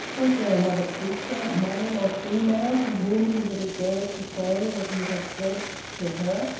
was there another creature, male or female, to whom he would have dared to say what he had said to her?